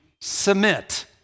submit